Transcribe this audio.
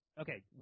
okay